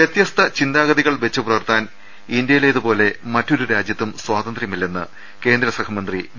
വൃതൃസ്ത ചിന്താഗതികൾ വെച്ചുപുലർത്താൻ ഇന്തൃയിലേത് പോലെ മറ്റൊരു രാജ്യത്തും സ്വാതന്ത്ര്യമില്ലെന്ന് കേന്ദ്ര സഹമന്ത്രി വി